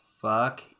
fuck